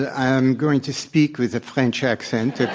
i'm going to speak with a french accent,